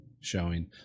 showing